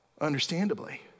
understandably